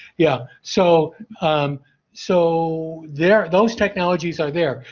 yeah, so so they're those technologies are there.